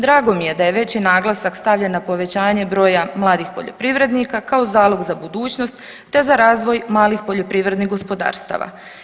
Drago mi je da je veći naglasak stavljen na povećanje broja mladih poljoprivrednika kao zalog za budućnost te za razvoj malih poljoprivrednih gospodarstava.